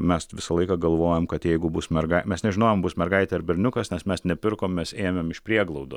mes visą laiką galvojam kad jeigu bus merga mes nežinojome bus mergaitė ar berniukas nes mes nepirkome mes ėmėm iš prieglaudos